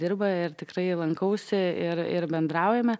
dirba ir tikrai lankausi ir ir bendraujame